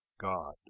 God